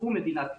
הוא מדינת ישראל.